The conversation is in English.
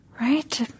Right